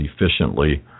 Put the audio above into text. efficiently